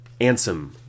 Ansem